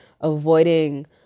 avoiding